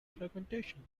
fragmentation